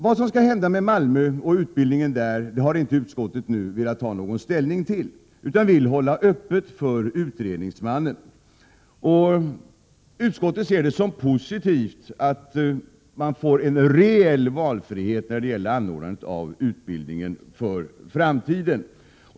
Vad som skall hända med Malmö och utbildningarna där har inte utskottet velat ta ställning till utan vill hålla det öppet för utredningsmannen. Utskottet ser det som positivt att man får en reell valfrihet när det gäller anordnandet av utbildningen för framtiden.